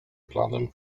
planem